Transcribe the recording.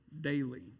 daily